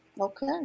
Okay